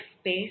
space